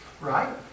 Right